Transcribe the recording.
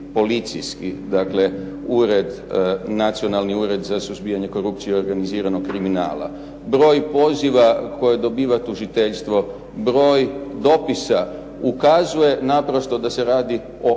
policijski, dakle, ured, nacionalni ured za suzbijanje korupcije i organiziranog kriminala, broj poziva koje dobiva tužiteljstvo, broj dopisa ukazuje naprosto da se radi o